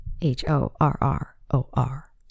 h-o-r-r-o-r